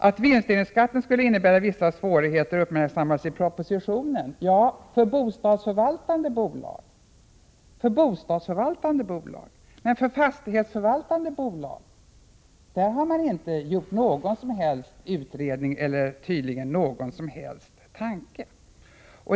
Att vinstdelningsskatten skulle innebära vissa svårigheter uppmärksammas i propositionen, säger bostadsministern. Ja, svårigheterna för bostadsförvaltande bolag har tagits upp. Men de fastighetsförvaltande bolagen har inte blivit föremål för någon som helst utredning eller ägnats en tanke.